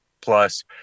plus